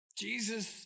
Jesus